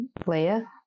Leia